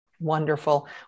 Wonderful